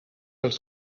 els